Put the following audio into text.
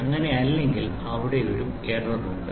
അങ്ങനെയല്ലെങ്കിൽ അവിടെ ഒരു എറർ ഉണ്ട്